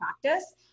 practice